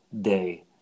day